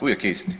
Uvijek je isti.